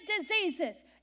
diseases